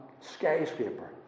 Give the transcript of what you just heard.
skyscraper